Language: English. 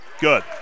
good